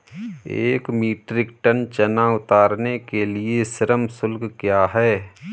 एक metric ton चना उतारने के लिए श्रम शुल्क क्या है?